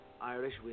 Irish